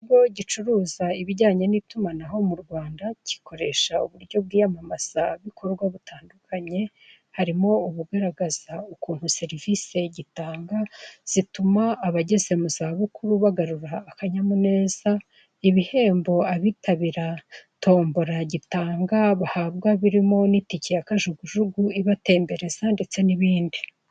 Ikigo gicuruza ibijyanye n'itumanaho mu Rwanda, gikoresha uburyo bw'iyamamazabikorwa butandukanye, harimo ubugaragaza ukuntu serivisi gitanga zituma abageze mu zabukuru bagarura akanyamuneza, ibihembo abitabira tombora gitanga bahabwa birimo n'itike ya kajugujugu ibatembereza ndetse n'ibindi.